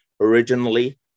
originally